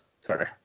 Sorry